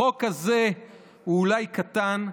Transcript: החוק הזה הוא אולי קטן,